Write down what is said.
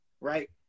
right